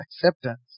acceptance